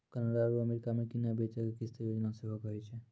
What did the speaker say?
Canada आरु America मे किनै बेचै के किस्त योजना सेहो कहै छै